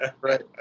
Right